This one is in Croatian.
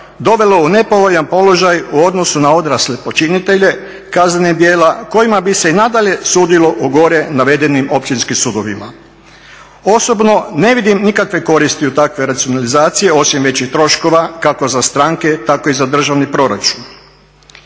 dovelo u nepovoljan položaj u odnosu na odrasle počinitelje kaznenih djela kojima bi se i nadalje sudilo u gore navedenim Općinskim sudovima. Osobno ne vidim nikakve koristi od takve racionalizacije, osim većih troškova kako za stranke, tako i za državni proračun.